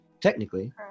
technically